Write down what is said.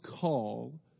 call